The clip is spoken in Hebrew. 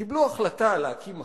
קיבלו החלטה להקים מחנה,